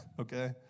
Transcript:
okay